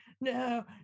no